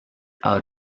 out